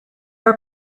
are